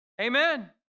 Amen